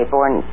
Born